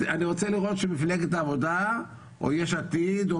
אני רוצה לראות שמפלגת העבודה או יש עתיד או